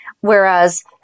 whereas